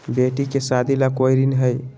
बेटी के सादी ला कोई ऋण हई?